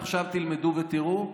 עכשיו תלמדו ותראו,